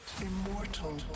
immortal